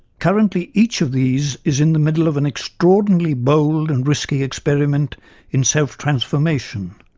currently, each of these is in the middle of an extraordinarily bold and risky experiment in self-transformation,